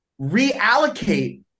reallocate